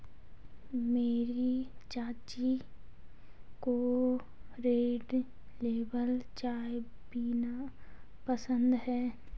मेरी चाची को रेड लेबल चाय पीना पसंद है